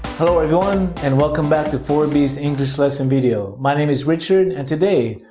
hello everyone and welcome back to forb's english lesson video. my name is richard and today,